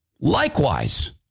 Likewise